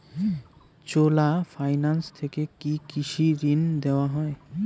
চোলা finance থেকে কি কৃষি ঋণ দেওয়া হয়?